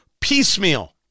piecemeal